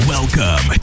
Welcome